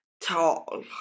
tall